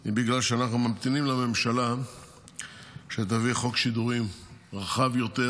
היא שאנחנו ממתינים לממשלה שתביא חוק שידורים רחב יותר,